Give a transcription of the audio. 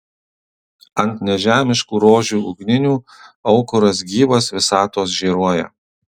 ant nežemiškų rožių ugninių aukuras gyvas visatos žėruoja